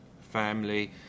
family